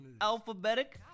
alphabetic